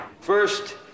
First